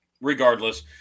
Regardless